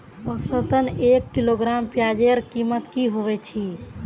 औसतन एक किलोग्राम प्याजेर कीमत की होबे चही?